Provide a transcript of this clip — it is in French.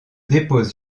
dépose